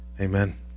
Amen